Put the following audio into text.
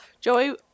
joey